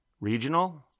regional